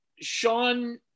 Sean